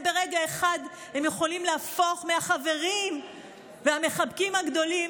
ברגע אחד הם יכולים להפוך מהחברים והמחבקים הגדולים